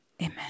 Amen